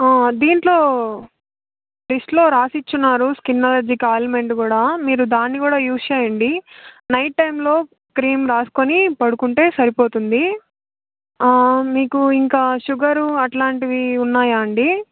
దీంట్లో లిస్ట్లో రాసిచ్చారు స్కిన్ అలర్జీకి ఆయింట్మెంట్ కూడా మీరు దాన్ని కూడా యూస్ చేయండి నైట్ టైంలో క్రీమ్ రాసుకుని పడుకుంటే సరిపోతుంది మీకు ఇంకా షుగరు అట్లాంటివి ఉన్నాయా అండి